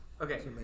Okay